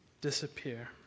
disappear